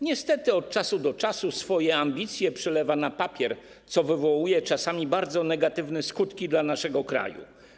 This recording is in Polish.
Niestety od czasu do czasu swoje ambicje przelewa na papier, co wywołuje czasami bardzo negatywne skutki dla naszego kraju.